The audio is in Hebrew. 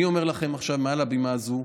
אני אומר לכם עכשיו, מעל הבימה הזו: